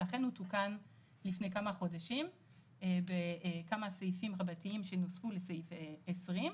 ולכן הוא תוקן לפני כמה חודשים בכמה סעיפים רבתיים שנוספו לסעיף 20,